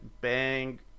bang